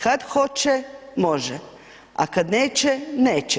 Kad hoće može, a kad neće neće.